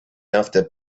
after